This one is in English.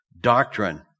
doctrine